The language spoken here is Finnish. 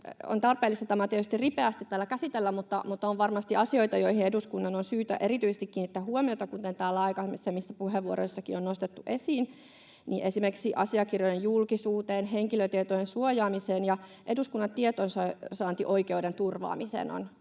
on tarpeellista tämä tietysti ripeästi käsitellä, mutta on varmasti asioita, joihin eduskunnan on syytä erityisesti kiinnittää huomiota. Kuten täällä aikaisemmissa puheenvuoroissakin on nostettu esiin, esimerkiksi asiakirjojen julkisuuteen, henkilötietojen suojaamiseen ja eduskunnan tiedonsaantioikeuden turvaamiseen on